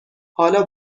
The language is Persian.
حالا